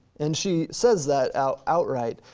and she says that outright,